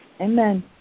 Amen